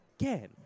again